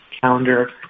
calendar